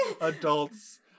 Adults